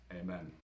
Amen